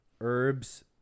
Herbs